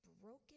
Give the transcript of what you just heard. broken